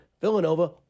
Villanova